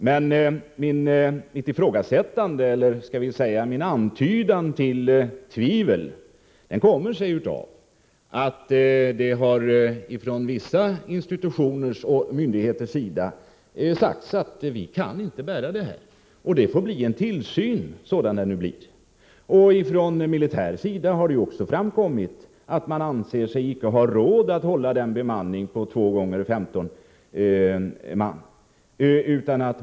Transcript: Min antydan till tvivel beror på att det ifrån vissa institutioners och myndigheters sida har sagts att man inte kan klara av det här och att det bara blir tal om en tillsyn — sådan den nu blir. Från militär sida har det också framkommit att man inte anser sig ha råd att hålla denna bemanning på två gånger femton man.